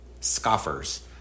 scoffers